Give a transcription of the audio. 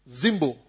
zimbo